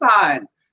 signs